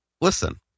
Listen